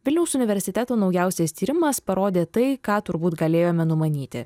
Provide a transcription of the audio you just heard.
vilniaus universiteto naujausias tyrimas parodė tai ką turbūt galėjome numanyti